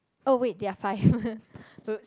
oh wait there are five !oops!